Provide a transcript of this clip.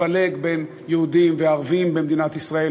לפלג בין יהודים לערבים במדינת ישראל